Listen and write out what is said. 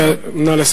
אדוני, נא לסיים.